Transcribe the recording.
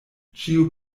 ĉiu